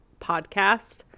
podcast